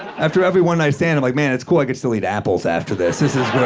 after every one-night-stand, i'm like, man, it's cool i can still eat apples after this. this is